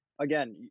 again